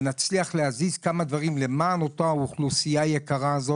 שנצליח להזיז למען האוכלוסייה הזאת,